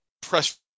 press